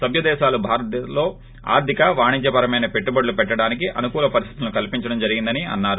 సభ్వ దేశాలు భారత్ లో ఆర్గిక వాణిజ్య పరమైన పెట్టుబడులు పెట్టడానికి అనుకూల పరిస్థితులు కల్సించడం జరిగిందని అన్నారు